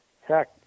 heck